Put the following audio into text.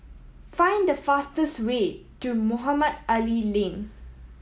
find the fastest way to Mohamed Ali Lane